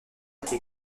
été